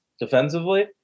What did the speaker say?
defensively